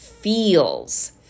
feels